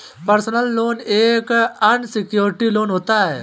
personal loan एक unsecured loan होता है